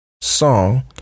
song